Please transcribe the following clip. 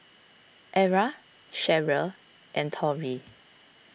Era Cheryll and Torrie